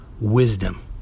wisdom